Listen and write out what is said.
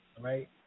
right